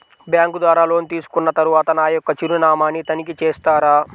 Bank ద్వారా loan తీసుకున్న తరువాత నా యొక్క చిరునామాని తనిఖీ చేస్తారా?